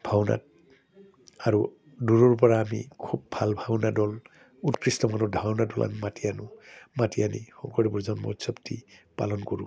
ভাওনা আৰু দূৰৰপৰা আমি খুব ভাল ভাওনা দল উৎকৃষ্ট মানৰ ভাওনা দলক আমি মাতি আনোঁ মাতি আনি শংকৰদেৱৰ জন্ম উৎসৱটি পালন কৰোঁ